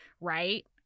right